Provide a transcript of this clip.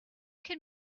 can